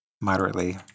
moderately